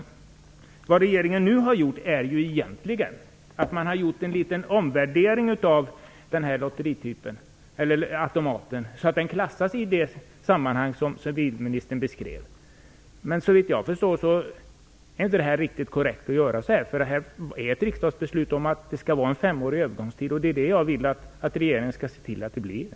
Nu har regeringen egentligen gjort en liten omvärdering av den här lotteriautomaten så att den klassas i det sammanhang som civilministern beskrev. Men såvitt jag förstår är det inte riktigt korrekt att göra så. Det finns ett riksdagsbeslut om att det skall vara en femårig övergångstid. Jag vill att regeringen skall se till att det blir det.